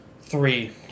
Three